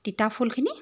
তিতাফুলখিনি